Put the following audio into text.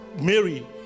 mary